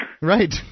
Right